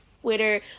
Twitter